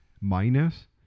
minus